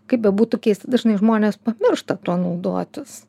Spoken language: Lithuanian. kaip bebūtų keista dažnai žmonės pamiršta tuo naudotis